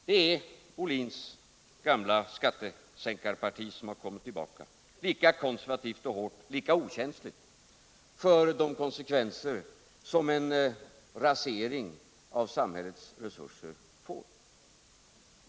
Det är Bertil Ohlins gamla skattesänkarparti som har kommit tillbaka — lika konservativt och hårt, lika okänsligt för de konsekvenser som en rasering av samhällets resurser får.